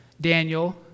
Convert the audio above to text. Daniel